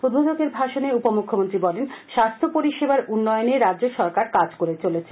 উদ্বোধকের ভাষণে উপমুখ্যমন্ত্রী বলেন স্বাস্থ্য পরিষেবার উন্নয়নে রাজ্য সরকার কাজ করে চলেছে